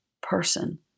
person